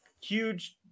huge